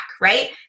right